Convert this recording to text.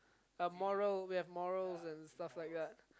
morals we have moral and stuff like that